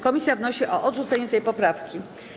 Komisja wnosi o odrzucenie tej poprawki.